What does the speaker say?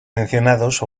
mencionados